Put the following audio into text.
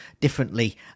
differently